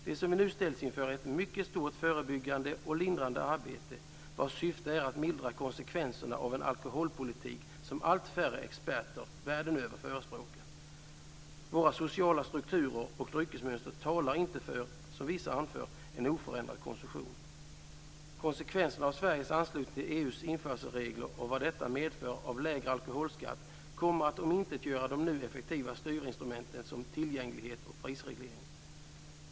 Det som vi nu ställs inför är ett mycket stort förebyggande och lindrande arbete vars syfte är att mildra konsekvenserna av en alkoholpolitik som allt färre experter världen över förespråkar. Våra sociala strukturer och dryckesmönster talar inte för, som vissa anför, en oförändrad konsumtion. Konsekvenserna av Sveriges anslutning till EU:s införselregler och vad detta medför av lägre alkoholskatt kommer att omintetgöra de nu effektiva styrinstrumenten tillgänglighet och prisreglering.